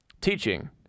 teaching